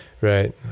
Right